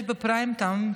יש בפריים טיים,